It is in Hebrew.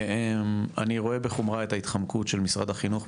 אני רואה בחומרה את ההתחמקות של משרד החינוך,